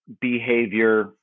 behavior